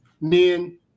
men